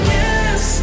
yes